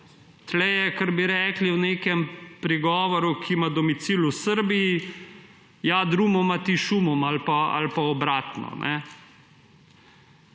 Tu je, kot bi rekli v nekem pregovoru, ki ima domicil v Srbiji: »Ja drumom, ti šumom,« ali pa obratno.